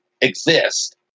exist